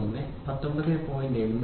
1 19